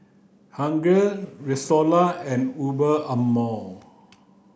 Huggy Rexona and Under Armour